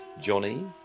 Johnny